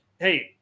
hey